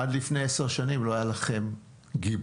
עד לפני עשר שנים לא היה לכם גיבוי,